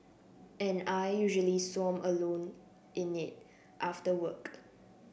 and I usually swam alone in it after work